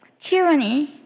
tyranny